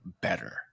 better